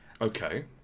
Okay